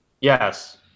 Yes